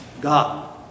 God